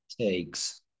takes